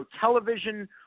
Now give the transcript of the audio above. television